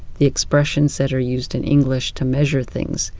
the expressions that are used in english to measure things,